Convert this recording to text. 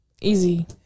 easy